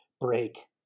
break